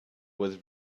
was